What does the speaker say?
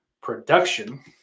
production